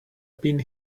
been